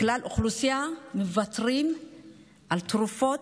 70% מכלל האוכלוסייה מוותרים על תרופות,